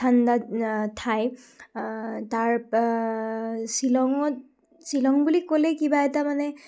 ঠাণ্ডা ঠাই তাৰ শ্বিলঙত শ্বিলং বুলি ক'লে কিবা এটা মানে